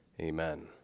Amen